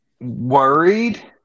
worried